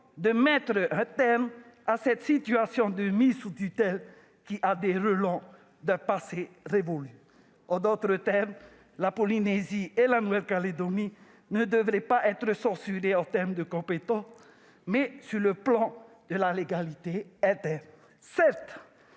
de mettre fin à cette situation de mise sous tutelle, qui a des relents d'un passé révolu ? Autrement dit, la Polynésie française et la Nouvelle-Calédonie ne devraient pas être censurées en termes de compétences, mais sur le plan de la légalité interne. Certes,